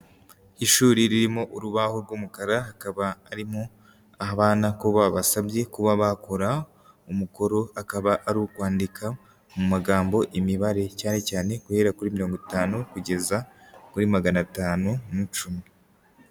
Ishuri ririmo urubaho rw'umukara, hakaba harimo abana ko basabye kuba bakora umuko, akaba ari ukwandika mu magambo imibare cyane cyane guhera kuri mirongo itanu kugeza kuri maganatanu na cumi.